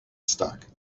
stuck